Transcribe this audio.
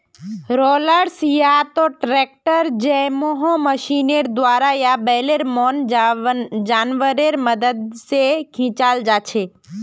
rollers या त tractor जैमहँ मशीनेर द्वारा या बैलेर मन जानवरेर मदद से खींचाल जाछे